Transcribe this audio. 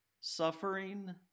suffering